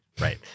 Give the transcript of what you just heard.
Right